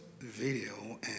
video